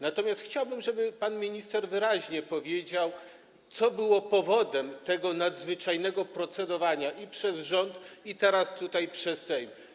Natomiast chciałbym, żeby pan minister wyraźnie powiedział, co było powodem tego nadzwyczajnego procedowania i przez rząd, i teraz przez Sejm?